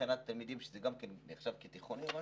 שזה גם כן נחשב כתיכונים,